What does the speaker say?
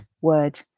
word